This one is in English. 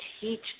teach